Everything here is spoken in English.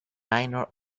minor